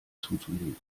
zuzulegen